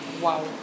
Wow